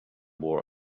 wore